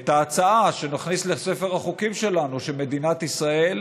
את ההצעה שנכניס לספר החוקים שלנו שמדינת ישראל